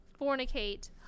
fornicate